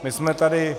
My jsme tady